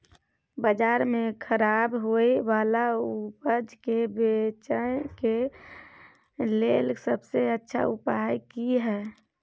बाजार में खराब होय वाला उपज के बेचय के लेल सबसे अच्छा उपाय की हय?